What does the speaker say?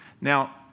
Now